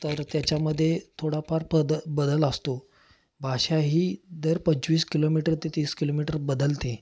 तर त्याच्यामध्ये थोडाफार बद बदल असतो भाषा ही दर पंचवीस किलोमीटर ते तीस किलोमीटर बदलते